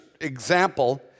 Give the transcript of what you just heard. example